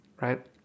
right